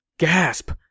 Gasp